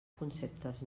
conceptes